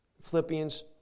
Philippians